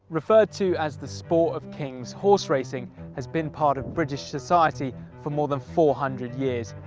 referred to as the sport of kings, horse racing has been part of british society for more than four hundred years.